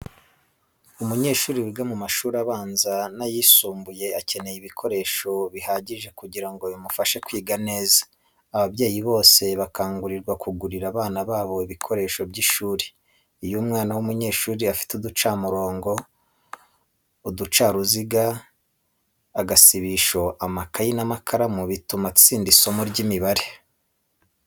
Umunyeshuri wiga mu mashuri abanza n'ayisumbuye akenera ibikoresho bihagije kugira ngo bimufashe kwiga neza. Ababyeyi bose bakangurirwa kugurira abana babo ibikoresdo by'ishuri. Iyo umwana w'umunyeshuri afite uducamurongo, uducaruziga, agasibisho, amakayi n'amakaramu bituma atsinda isomo ry'imibare.